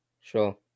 Sure